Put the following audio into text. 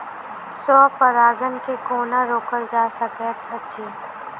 स्व परागण केँ कोना रोकल जा सकैत अछि?